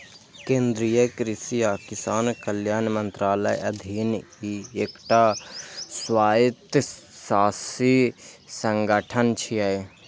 केंद्रीय कृषि आ किसान कल्याण मंत्रालयक अधीन ई एकटा स्वायत्तशासी संगठन छियै